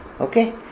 Okay